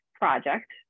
project